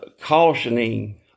cautioning